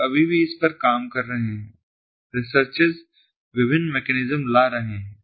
लोग अभी भी इस पर काम कर रहे हैं रेसर्चेस विभिन्न मैकेनिज्म ला रहे हैं